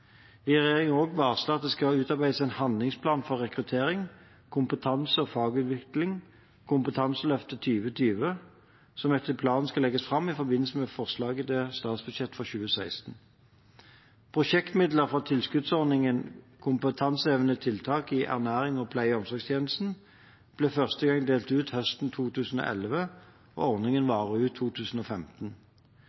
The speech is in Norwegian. varslet at det skal utarbeides en handlingsplan for rekruttering, kompetanse og fagutvikling – Kompetanseløftet 2020 – som etter planen skal legges fram i forbindelse med forslag til statsbudsjett for 2016. Prosjektmidler fra tilskuddsordningen Kompetansehevende tiltak i ernæring i pleie- og omsorgstjenesten ble første gang delt ut høsten 2011, og ordningen varer ut 2015.